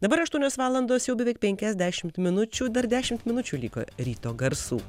dabar aštuonios valandos jau beveik penkiasdešimt minučių dar dešimt minučių liko ryto garsų